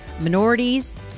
minorities